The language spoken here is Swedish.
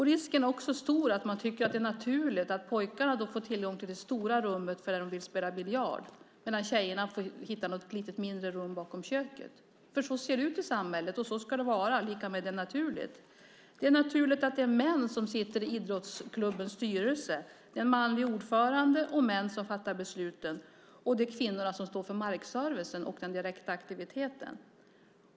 Risken är också stor att man tycker att det är naturligt att pojkarna får tillgång till det stora rummet när de vill spela biljard medan flickorna får hitta något mindre rum bakom köket. Så ser det ut i samhället, och så ska det vara - lika med naturligt. Det är naturligt att det är män som sitter i idrottsklubbens styrelse, med en manlig ordförande och män som fattar besluten, och det är kvinnorna som står för markservicen och den direkta aktiviteten.